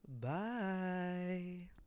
Bye